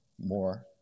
More